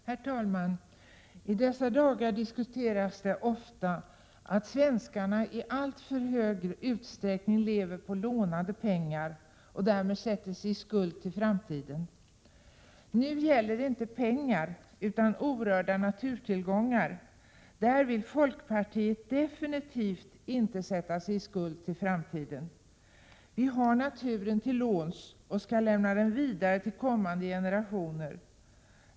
Herr talman! I dessa dagar diskuteras det ofta att svenskarna i alltför hög utsträckning lever på lånade pengar och därmed sätter sig i skuld för framtiden. Nu gäller det inte pengar utan orörda naturtillgångar. Där vill folkpartiet definitivt inte sätta sig i skuld för framtiden. Vi har naturen till låns och skall lämna den vidare till kommande generationer.